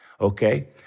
Okay